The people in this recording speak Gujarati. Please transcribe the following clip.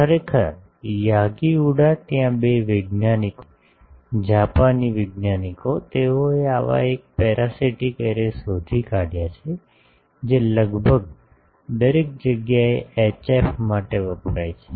ખરેખર યાગી ઉડા ત્યાં બે વૈજ્ઞાનિકો છે જાપાની વૈજ્ઞાનિકો તેઓએ આવા એક પેરાસિટિક એરે શોધી કાઢયા છે જે લગભગ દરેક જગ્યાએ એચએફ માટે વપરાય છે